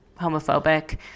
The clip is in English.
homophobic